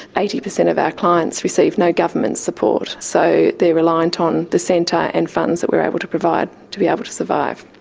eighty percent of our clients receive no government support, so they're reliant on the centre and funds that we are able to provide to be able to survive.